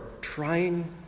trying